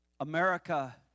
America